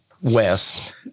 West